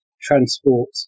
transport